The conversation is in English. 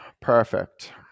perfect